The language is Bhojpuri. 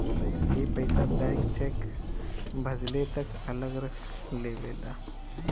ई पइसा बैंक चेक भजले तक अलग रख लेवेला